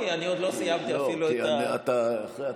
אני עוד לא סיימתי אפילו, אתה אחרי התוספת.